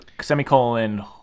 Semicolon